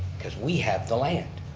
cause we have the land.